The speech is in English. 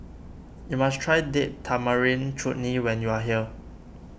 you must try Date Tamarind Chutney when you are here